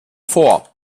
vor